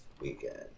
weekend